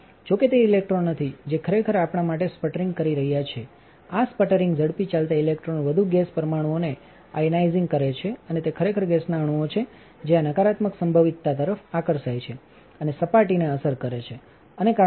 જો કે તે ઇલેક્ટ્રોન નથી જે ખરેખર આપણા માટે સ્પટરિંગ કરી રહ્યા છે આ સ્પટરિંગ ઝડપી ચાલતા ઇલેક્ટ્રોન વધુ ગેસ પરમાણુઓને આયનાઇઝિંગ કરે છે અને તે ખરેખર ગેસના અણુઓ છે જેઆ નકારાત્મક સંભવિતતા તરફ આકર્ષાય છે અને સપાટીને અસર કરે છે અને કારણો છે